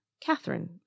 Catherine